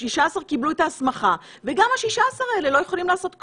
16 קיבלו את ההסמכה וגם ה-16 האלה לא יכולים לעשות כלום,